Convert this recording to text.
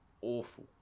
awful